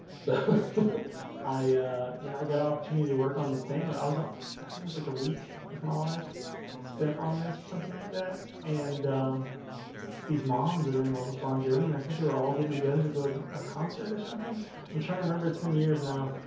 so i yeah, i got an opportunity to work on this thing. and i was on i think that's like a week of my life spent on this or something like that and it's these moms that are in love with bon jovi and i think they were all getting together to go a concert or something i'm trying to remember it's been years now